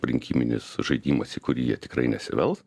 rinkiminis žaidimas į kurį jie tikrai nesivels